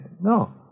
no